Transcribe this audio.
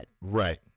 right